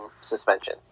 suspension